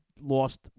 lost